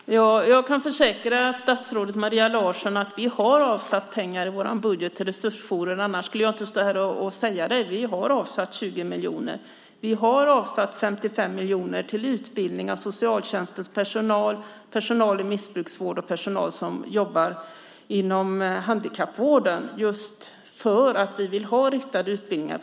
Herr talman! Jag kan försäkra statsrådet Maria Larsson att vi har avsatt pengar i vår budget till resursjourer. Annars skulle jag inte stå här och säga det. Vi har avsatt 20 miljoner. Vi har avsatt 55 miljoner till utbildning av socialtjänstens personal, personal i missbruksvård och personal som jobbar inom handikappvården, just för att vi vill ha riktade utbildningar.